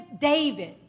David